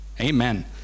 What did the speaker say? Amen